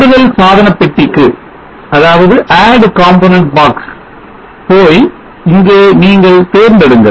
கூடுதல்சாதனப் பெட்டிக்கு போய் இங்கே நீங்கள் தேர்ந்தெடுங்கள்